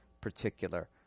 particular